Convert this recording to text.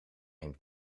een